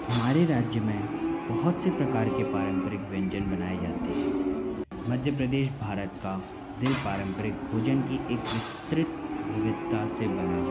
हमारे राज्य में बहुत से प्रकार के पारम्परिक व्यंजन बनाए जाते हैं मध्य प्रदेश भारत का दिल पांरपरिक भोजन की एक विस्तृत विविधता से बना है